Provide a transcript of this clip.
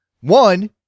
One –